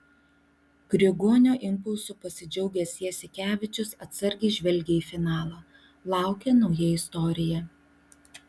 grigonio impulsu pasidžiaugęs jasikevičius atsargiai žvelgia į finalą laukia nauja istorija